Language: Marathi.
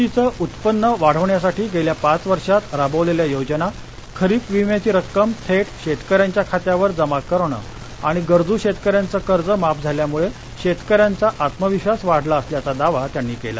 शेतीच उत्पन्न वाढवण्यासाठी गेल्या पाच वर्षात राबवलेल्या योजना खरीप विम्याची रक्कम थेट शेतकऱ्यांच्या खात्यावर जमा करण आणि गरजू शेतकऱ्यांचं कर्ज माफ झाल्यामुळे शेतकऱ्यांचा आत्मविश्वास वाढला असल्याचा दावा त्यांनी केला